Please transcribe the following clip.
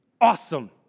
awesome